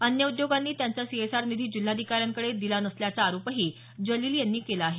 अन्य उद्योगांनी त्यांचा सीएसआर निधी जिल्हाधिकाऱ्यांकडे दिला नसल्याचा आरोपही त्यांनी केला आहे